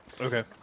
Okay